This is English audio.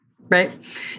right